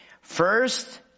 First